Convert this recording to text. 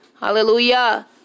Hallelujah